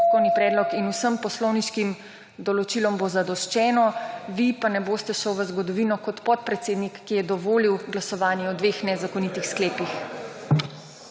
postopkovni predlog in vsem poslovniškim določilom bo zadoščeno, vi pa ne boste šel v zgodovino kot podpredsednik ki je dovolil glasovanje o dveh nezakonitih sklepih.